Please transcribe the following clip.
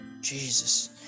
Jesus